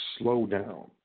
slowdown